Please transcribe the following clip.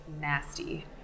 nasty